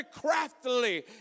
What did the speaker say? craftily